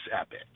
epic